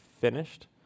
finished